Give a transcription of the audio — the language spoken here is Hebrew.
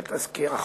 של תזכיר החוק,